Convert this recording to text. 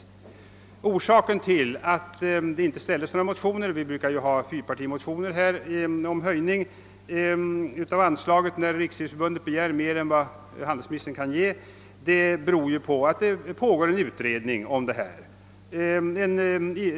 Anledningen till att det inte väcktes några motioner med krav om höjningar av anslaget — det brukar annars föreligga fyrpartimotioner med sådana yrkanden — trots att Riksidrottsförbundet begärt mera än vad handelsministern kunnat bevilja, är att det pågår en utredning om dessa spörsmål.